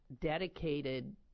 dedicated